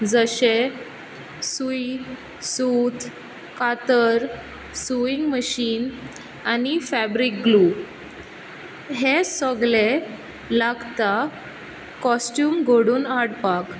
जशें सूय सूत कातर सुयींग मशीन आनी फेब्रीक ग्लू हें सगलें लागता कोस्ट्यूम घडोवन हाडपाक